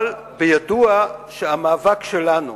אבל בידוע שהמאבק שלנו